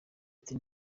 ati